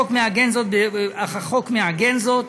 אך החוק מעגן זאת.